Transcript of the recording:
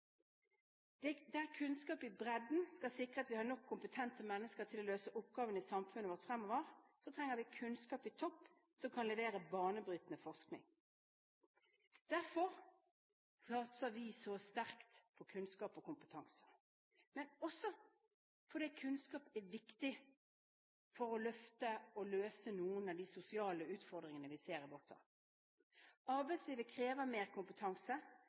løper.» Der kunnskap i bredden skal sikre at vi har nok kompetente mennesker til å løse oppgavene i samfunnet vårt fremover, trenger vi kunnskap i toppen som kan levere banebrytende forskning. Derfor satser vi så sterkt på kunnskap og kompetanse, men også fordi kunnskap er viktig for å løse noen av de sosiale utfordringene vi ser i vårt samfunn. Arbeidslivet krever mer kompetanse.